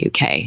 uk